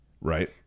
right